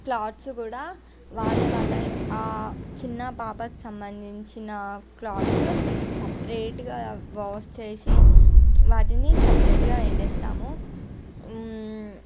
ఇట్లా క్లాత్స్ కూడా వాళ్లే వాళ్ళ చిన్న పాపకి సంబంధించిన క్లాత్స్ సెపరేట్గా వాష్ చేసి వాటిని సెపరేట్గా ఎండేస్తాము